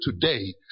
today